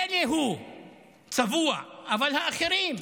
מילא, הוא צבוע, אבל האחרים.